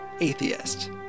atheist